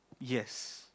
yes